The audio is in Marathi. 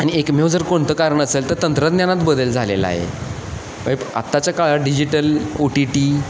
आणि एकमेव जर कोणतं कारण असेल तर तंत्रज्ञानात बदल झालेला आहे म्हणजे आत्ताच्या काळात डिजिटल ओ टी टी